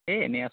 এই এনেই আছোঁ